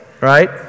right